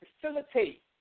facilitate